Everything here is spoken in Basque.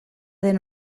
den